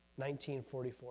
1944